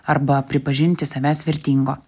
arba pripažinti savęs vertingo